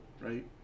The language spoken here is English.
right